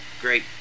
great